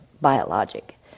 biologic